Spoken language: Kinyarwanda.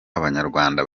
abanyarwanda